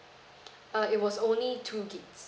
uh it was only two gigs~